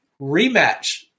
rematch